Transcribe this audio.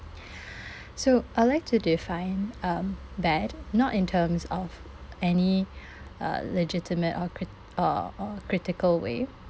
so I'd like to define um that not in terms of any uh legitimate or crit~ or or critical way